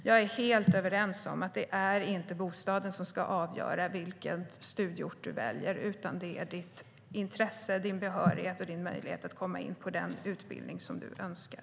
Jag instämmer helt i att det inte är bostaden som ska avgöra vilken studieort man väljer utan intresset, behörigheten och möjligheten att komma in på den utbildning man önskar.